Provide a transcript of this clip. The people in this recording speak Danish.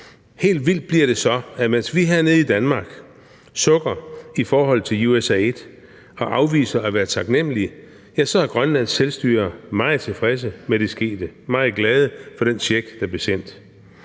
Helt vildt bliver det så ved, at imens vi her nede i Danmark sukker i forhold til i USAID og afviser at være taknemmelige, så er Grønlands selvstyre meget tilfreds med det skete og meget glade for den check, der blev sendt.